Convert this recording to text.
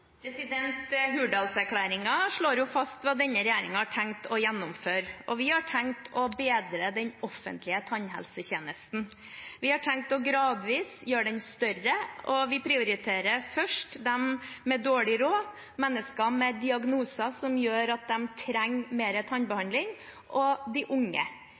slår fast hva denne regjeringen har tenkt å gjennomføre, og vi har tenkt å bedre den offentlige tannhelsetjenesten. Vi har tenkt å utvide den gradvis, og vi prioriterer først dem med dårlig råd, mennesker med diagnoser som gjør at de trenger mer tannbehandling, og de unge.